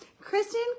Kristen